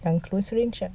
I'm close range ah